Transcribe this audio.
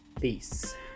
Peace